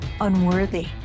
unworthy